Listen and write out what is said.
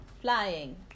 Flying